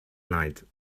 night